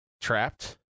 trapped